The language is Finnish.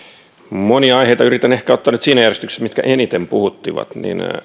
monia aiheita yritän ehkä ottaa niitä nyt siinä järjestyksessä mitkä eniten puhuttivat